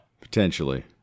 potentially